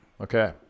Okay